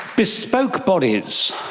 bespoke bodies.